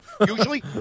Usually